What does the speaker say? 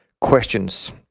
questions